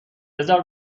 بزار